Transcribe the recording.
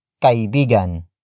kaibigan